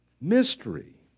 Mystery